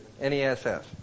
N-E-S-S